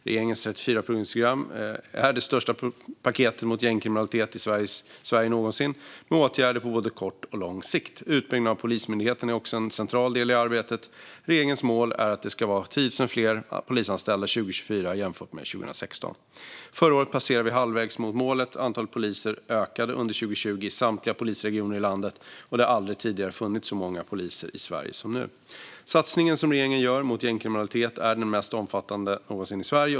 Regeringens 34-punktsprogram är det största paketet mot gängkriminalitet i Sverige någonsin, med åtgärder på både kort och lång sikt. Utbyggnaden av Polismyndigheten är också en central del i det arbetet. Regeringens mål är att det ska vara 10 000 fler polisanställda 2024 jämfört med 2016. Förra året passerade vi halvvägs mot målet. Antalet poliser ökade under 2020 i samtliga polisregioner i landet, och det har aldrig tidigare funnits så många poliser i Sverige som nu. Satsningen som regeringen gör mot gängkriminaliteten är den mest omfattande någonsin i Sverige.